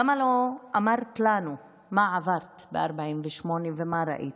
למה לא אמרת לנו מה עברת ב-48' ומה ראית?